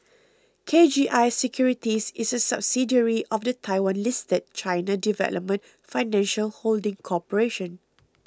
K G I Securities is a subsidiary of the Taiwan listed China Development Financial Holding Corporation